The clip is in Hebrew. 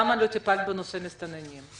למה לא טיפלת בנושא המסתננים?